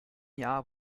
jahr